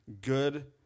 good